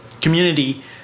community